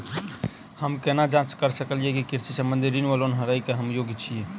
हम केना जाँच करऽ सकलिये की कृषि संबंधी ऋण वा लोन लय केँ हम योग्य छीयै?